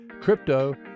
Crypto